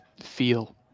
feel